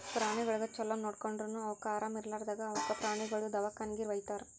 ಪ್ರಾಣಿಗೊಳಿಗ್ ಛಲೋ ನೋಡ್ಕೊಂಡುರನು ಅವುಕ್ ಆರಾಮ ಇರ್ಲಾರ್ದಾಗ್ ಅವುಕ ಪ್ರಾಣಿಗೊಳ್ದು ದವಾಖಾನಿಗಿ ವೈತಾರ್